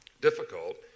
difficult